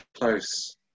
close